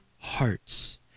hearts